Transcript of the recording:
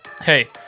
hey